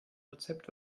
rezept